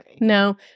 No